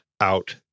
out